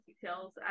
details